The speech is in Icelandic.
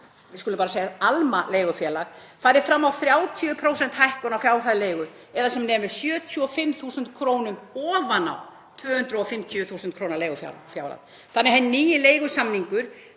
við skulum bara segja Alma leigufélag, farið fram á 30% hækkun á fjárhæð leigu eða sem nemur 75.000 kr. ofan á 250.000 kr. leigufjárhæð. Hinn nýi leigusamningur